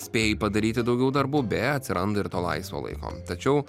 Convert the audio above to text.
spėji padaryti daugiau darbų b atsiranda ir to laisvo laiko tačiau